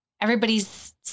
everybody's